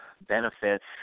benefits